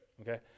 Okay